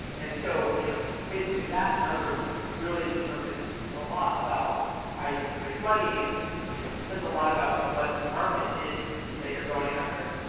and so you know basically, that number really determines a lot about how you can raise money. it and you know says a lot about what the market is that you're going after.